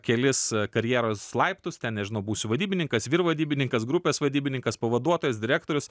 kelis karjeros laiptus ten nežinau būsiu vadybininkas vyr vadybininkas grupės vadybininkas pavaduotojas direktorius